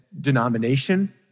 denomination